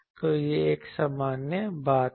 तो यह एक सामान्य बात है